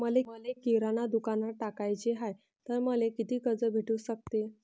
मले किराणा दुकानात टाकाचे हाय तर मले कितीक कर्ज भेटू सकते?